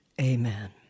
Amen